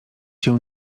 się